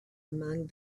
among